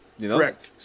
Correct